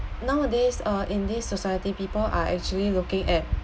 nowadays uh in this society people are actually looking at